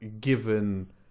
given